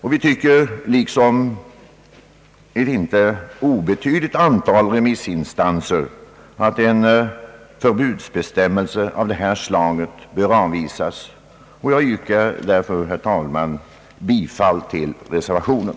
I likhet med ett icke obetydligt antal remissinstanser tycker vi, att en förbudsbestämmelse av detta slag bör avvisas. Jag yrkar därför, herr talman, bifall till reservationen.